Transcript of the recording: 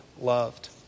loved